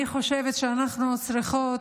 אני חושבת שאנחנו צריכות,